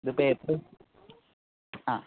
ഇതിപ്പോൾ ആ